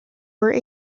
were